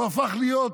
הוא הפך להיות,